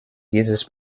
dieses